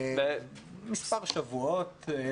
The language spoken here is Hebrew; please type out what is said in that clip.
מספר שבועות.